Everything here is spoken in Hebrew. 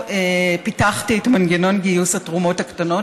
פיתחתי את מנגנון גיוס התרומות הקטנות,